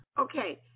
Okay